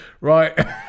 right